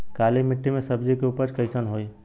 काली मिट्टी में सब्जी के उपज कइसन होई?